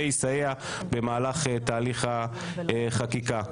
ויסייע במהלך תהליך חקיקה.